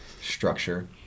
structure